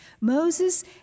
Moses